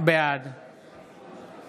בעד